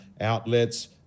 outlets